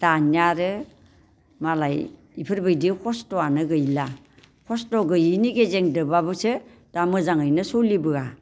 दानिया आरो मालाय बेफोरबायदि कस्त'आनो गैला खस्त' गैयिनि गेजेंदोबाबो दा मोजाङैनो सोलिबोया